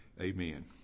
Amen